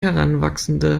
heranwachsende